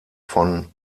von